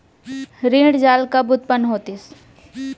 ऋण जाल कब उत्पन्न होतिस?